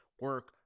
Work